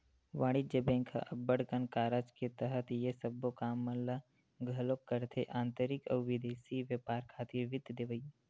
वाणिज्य बेंक ह अब्बड़ कन कारज के तहत ये सबो काम मन ल घलोक करथे आंतरिक अउ बिदेसी बेपार खातिर वित्त देवई